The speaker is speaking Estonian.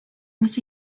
mis